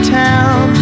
town